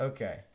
Okay